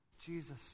Jesus